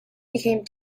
became